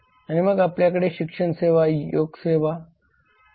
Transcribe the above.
आणि मग आपल्याकडे शिक्षण सेवा योग सेवा इ